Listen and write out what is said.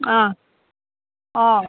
অঁ অঁ